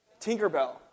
Tinkerbell